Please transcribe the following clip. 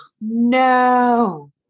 No